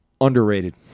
Underrated